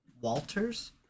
Walters